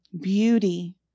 Beauty